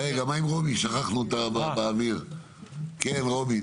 דרישה להפעלה חריגה וכן בכל פעולה אחרת